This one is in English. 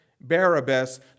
Barabbas